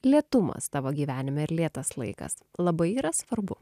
lėtumas tavo gyvenime ir lėtas laikas labai yra svarbu